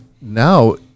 now